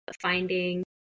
finding